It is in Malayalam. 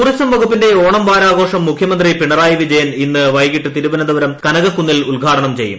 ടൂറിസം വകുപ്പിന്റെ ഓണം വാരാഘോഷം മുഖ്യമന്ത്രി പിണറായി വിജയൻ ഇന്ന് വൈകിട്ട് തിരുവനന്തപുരം കനകകുന്നിൽ ഉദ്ഘാടനം ചെയ്യും